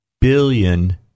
billion